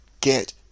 get